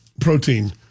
protein